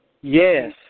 Yes